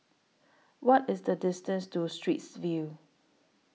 What IS The distance to Straits View